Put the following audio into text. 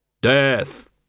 Death